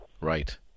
right